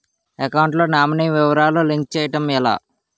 Account లో nominee వివరాలు link చేయటం ఎలా?